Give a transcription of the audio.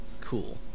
Cool